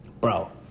Bro